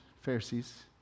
Pharisees